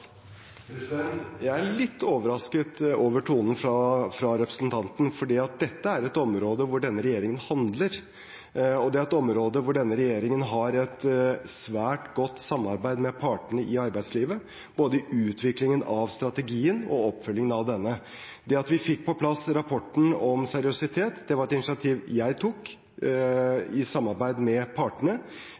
Jeg er litt overrasket over tonen fra representanten Andersen, for dette er et område hvor denne regjeringen handler, og det er et område hvor denne regjeringen har et svært godt samarbeid med partene i arbeidslivet, både i utviklingen av strategien og i oppfølgingen av denne. At vi fikk på plass rapporten om seriøsitet, var resultatet av et initiativ jeg tok, i samarbeid med partene.